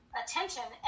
attention